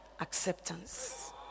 acceptance